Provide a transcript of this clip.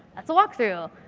that's a walkthrough.